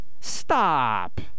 stop